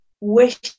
wish